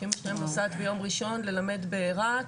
שאימא שלהם נוסעת ביום ראשון ללמד ברהט,